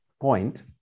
point